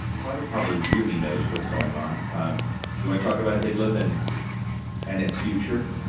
carter probably really knows what's going on. do you wanna talk about idlib and and its future?